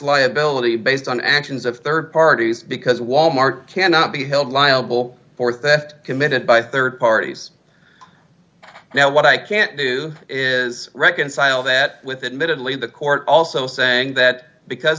liability based on actions of rd parties because wal mart cannot be held liable for theft committed by rd parties now what i can't do is reconcile that with admittedly the court also saying that because